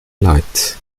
lights